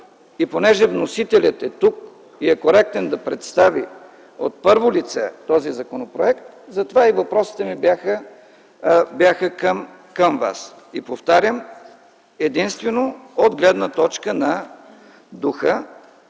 Понеже вносителят е тук и коректен да представи от първо лице този законопроект, затова и въпросите ми бяха към Вас, и, повтарям, единствено от гледна точка на духа